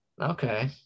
okay